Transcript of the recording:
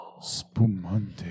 Spumante